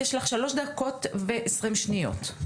יש לך שלוש דקות ו-20 שניות.